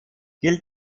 gilt